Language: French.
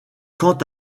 quant